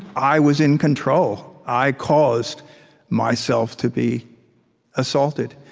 i was in control. i caused myself to be assaulted.